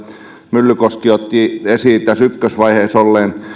myllykoski otti esiin ykkösvaiheessa olleen